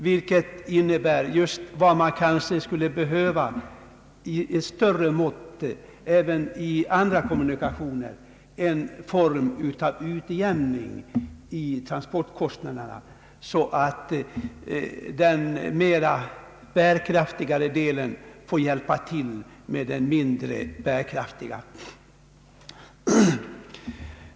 Någon form av utjämning i transportkostnaderna skulle kanske behövas i större mått även beträffande andra kommunikationer, så att den mera bärkraftiga delen får stödja den mindre bärkraftiga.